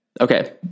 Okay